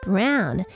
Brown